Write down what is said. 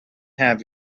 have